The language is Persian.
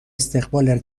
استقبال